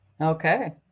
Okay